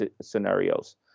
scenarios